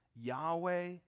Yahweh